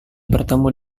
bertemu